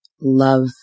love